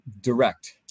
direct